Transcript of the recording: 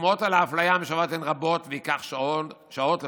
הדוגמאות על האפליה המשוועת הן רבות וייקח שעות לפרטן.